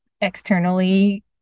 externally